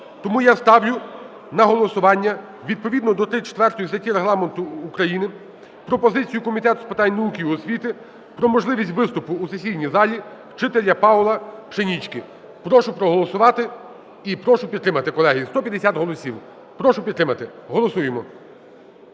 Тому я ставлю на голосування відповідно до 34 статті Регламенту України пропозицію Комітету з питань науки і освіти про можливість виступу у сесійній залі вчителя Пауля Пшенічки. Прошу проголосувати і прошу підтримати, колеги. 150 голосів. Прошу підтримати. Голосуємо.